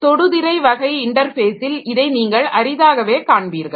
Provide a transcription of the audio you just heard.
தொடுதிரை வகை இன்டர்பேஸில் இதை நீங்கள் அரிதாகவே காண்பீர்கள்